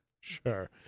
Sure